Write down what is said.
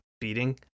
beating